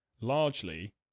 largely